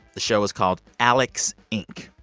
the show is called alex, inc.